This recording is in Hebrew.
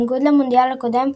בניגוד למונדיאל הקודם,